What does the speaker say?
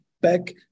back